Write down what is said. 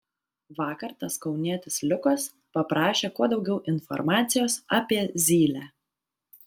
vakar tas kaunietis liukas paprašė kuo daugiau informacijos apie zylę